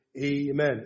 Amen